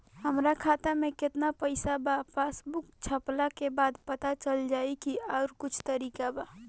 हमरा खाता में केतना पइसा बा पासबुक छपला के बाद पता चल जाई कि आउर कुछ तरिका बा?